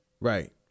Right